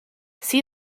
see